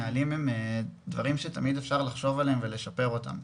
נהלים הם דברים שתמיד אפשר לחשוב עליהם ולשפר אותם.